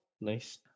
nice